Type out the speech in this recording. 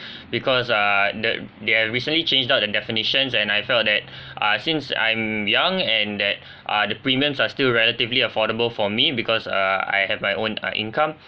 because ah the they're recently changed out the definitions and I felt that uh since I'm young and that uh the premiums are still relatively affordable for me because uh I have my own uh income